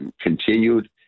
continued